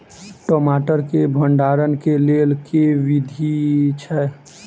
टमाटर केँ भण्डारण केँ लेल केँ विधि छैय?